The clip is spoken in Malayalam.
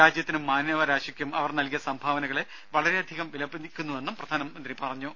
രാജ്യത്തിനും മനുഷ്യരാശിക്കും അവർ നൽകിയ സംഭാവനകളെ വളരെയധികം വിലമതിക്കുന്നുവെന്നും പ്രധാനമന്ത്രി ട്വിറ്ററിൽ പറഞ്ഞു